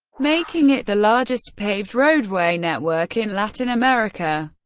making it the largest paved-roadway network in latin america.